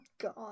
God